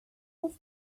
ist